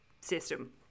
System